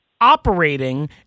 operating